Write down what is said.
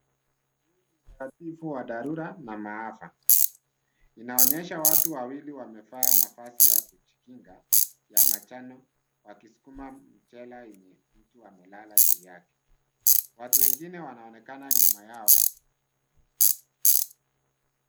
Utaratibu wa dharura na maafa inaonyesha watu wawili wamevaa nafasi ya kujikinga ya manjano wakisukuma machela yenye mtu amelala juu yake, watu wengine wanaonekana nyuma yao.